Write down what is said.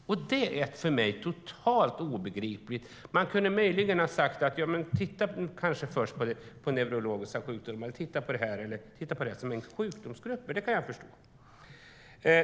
Det är för mig totalt obegripligt. Man kunde möjligen ha sagt: Titta kanske först på neurologiska sjukdomar och på de här sjukdomsgrupperna. Det skulle jag ha förstått.